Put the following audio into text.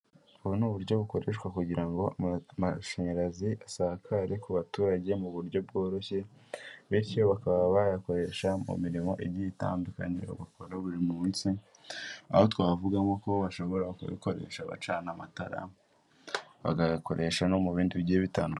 Ubu ni uburyo bukoreshwa kugira ngo amashanyarazi asakare ku baturage mu buryo bworoshye, bityo bakaba bayakoresha mu mirimo igiye itandukanye bakora buri munsi, aho twavuga nkuko bashobora kuyikoresha bacana amatara, bakayakoresha no mu bindi bigiye bitandukanye.